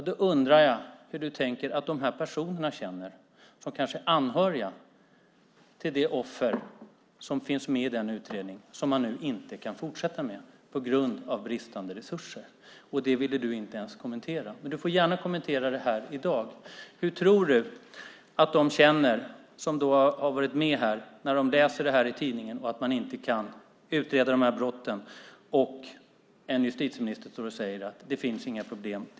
Då undrar jag hur du tänker att de personer känner som är anhöriga till det offer som finns med i de utredningar som man nu inte kan fortsätta med på grund av bristande resurser. Det ville du inte ens kommentera. Men du får gärna kommentera det här i dag. Hur tror du att de känner som har varit med här när de läser detta i tidningen, att man inte kan utreda de här brotten, och justitieministern står och säger: Det finns inga problem.